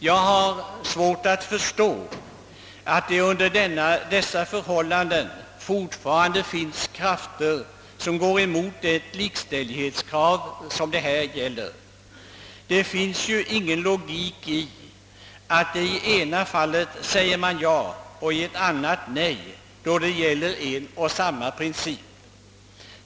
Jag har svårt att förstå att det under dessa förhållanden fortfarande finns krafter som går emot detta likställighetskrav. Det finns ju ingen logik i att man i ena fallet säger ja och i det andra nej då det gäller en och samma princip.